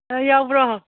ꯑ ꯌꯥꯎꯕ꯭ꯔꯣ